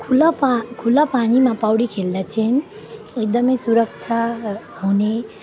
खुल्ला पा खुल्ला पानीमा पौडी खेल्दा चाहिँ एकदमै सुरक्षा हुने